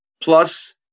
plus